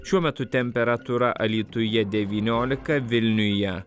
šiuo metu temperatūra alytuje devyniolika vilniuje